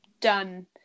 done